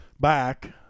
back